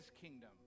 kingdom